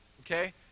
Okay